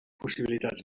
possibilitats